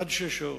עד שש שעות.